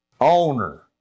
owner